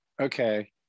okay